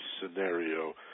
scenario